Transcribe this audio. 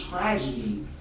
tragedy